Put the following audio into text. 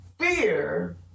Fear